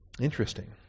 interesting